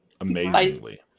Amazingly